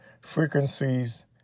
frequencies